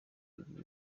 bible